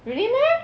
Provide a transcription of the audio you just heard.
really meh